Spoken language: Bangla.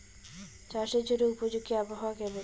চাষের জন্য উপযোগী আবহাওয়া কেমন?